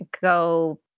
go